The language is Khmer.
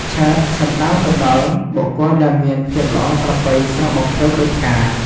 ឆើត សំទៅដល់បុគ្គលដែលមានភាពល្អប្រពៃស្រស់បំព្រងដូចផ្កា។